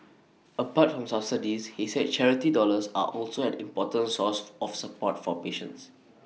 apart from subsidies he said charity dollars are also an important source of support for patients